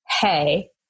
hey